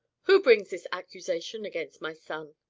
who brings this accusation against my son?